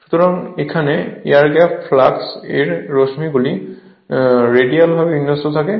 সুতরাং এখানে air gap flux এর রশ্মিগুলি রেডিয়াল ভাবে বিন্যস্ত থাকে